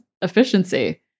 efficiency